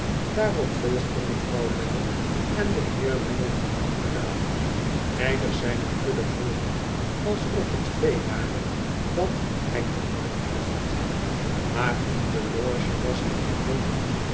daarop volgde mevrouw lammie en de heer lammie kwam achteraan nijdig zijne kudde volgend alsof het vee ware dat hij ter markt bracht maar in de loge was hij enkel